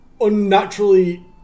unnaturally